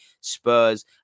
Spurs